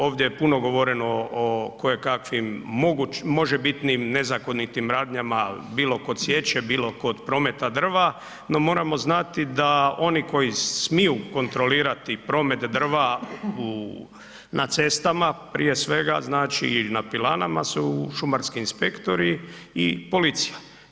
Ovdje je puno govoreno o kojekakvim možebitnim nezakonitim radnjama bilo kod sječe, bilo kod prometa drva, no moramo znati da oni koji smiju kontrolirati promet drva na cestama, prije svega znači na pilanama su šumarski inspektori i policija.